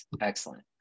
Excellent